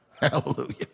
Hallelujah